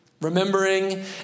Remembering